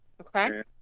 Okay